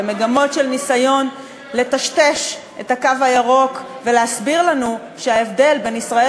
למגמות של ניסיון לטשטש את הקו הירוק ולהסביר לנו שההבדל בין ישראל